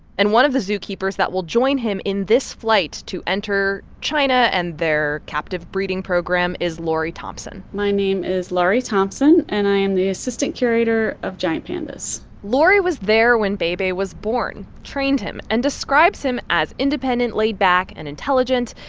and one of the zookeepers that will join him in this flight to enter china and their captive breeding program is laurie thompson my name is laurie thompson, and i am the assistant curator of giant pandas laurie was there when bei bei was born, trained him and describes him as independent, laid back and intelligent.